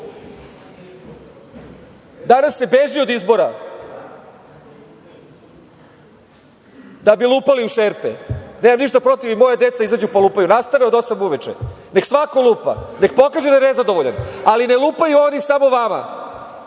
Danas se beži od izbora, da bi lupali u šerpe. Nemam ništa protiv i moja deca izađu pa lupaju, nastave od osam uveče. Nek svako lupa, nek pokaže da je nezadovoljan, ali ne lupaju oni samo vama,